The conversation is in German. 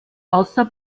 außer